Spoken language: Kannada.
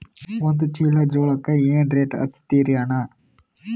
ಒಂದ ಚೀಲಾ ಜೋಳಕ್ಕ ಏನ ರೇಟ್ ಹಚ್ಚತೀರಿ ಅಣ್ಣಾ?